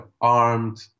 armed